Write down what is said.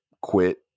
quit